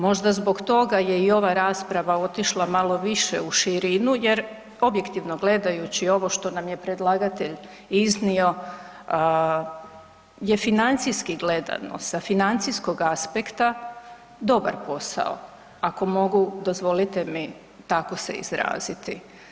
Možda zbog toga je i ova rasprava otišla malo više u širinu jer objektivno gledajući ovo što nam je predlagatelj iznio je financijski gledano, sa financijskog aspekta, dobar posao ako mogu dozvolite mi tako se izraziti.